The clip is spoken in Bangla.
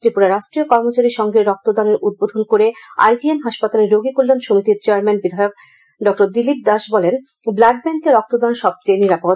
ত্রিপুরা রাষ্ট্রীয় কর্মচারী সংঘের রক্তদানের উদ্বোধন করে আই জি এম হাসপাতালের রোগী কল্যাণ সমিতির চেয়ারম্যান বিধায়ক ডাঃ দিলীপ দাস বলেন ব্লাড ব্যাঙ্ক এ রক্তদান সবচেয়ে নিরাপদ